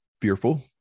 fearful